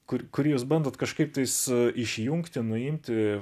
kur kur jūs bandot kažkaip tais išjungti nuimti